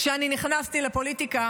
כשאני נכנסתי לפוליטיקה